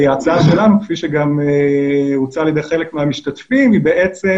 ההצעה שלנו כפי שגם הוצעה על ידי חלק מהמשתתפים היא בעצם